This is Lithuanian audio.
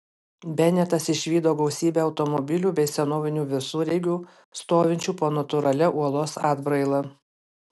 benetas išvydo gausybę automobilių bei senovinių visureigių stovinčių po natūralia uolos atbraila